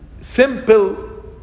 simple